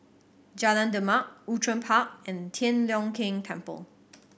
Jalan Demak Outram Park and Tian Leong Keng Temple